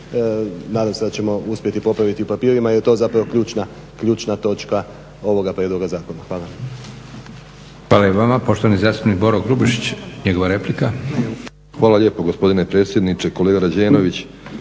Nadam se da ćemo uspjeti popraviti u papirima jer je to zapravo ključna točka ovoga prijedloga zakona. Hvala. **Leko, Josip (SDP)** Hvala i vama. Poštovani zastupnik Boro Grubišić, njegova replika. **Grubišić, Boro (HDSSB)** Hvala lijepo gospodine predsjedniče. Kolega Rađenović,